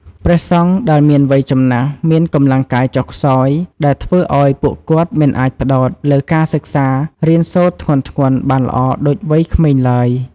ព្រះសង្ឃដែលមានវ័យចំណាស់ មានកម្លាំងកាយចុះខ្សោយ ដែលធ្វើឱ្យពួកគាត់មិនអាចផ្តោតលើការសិក្សារៀនសូត្រធ្ងន់ៗបានល្អដូចវ័យក្មេងឡើយ។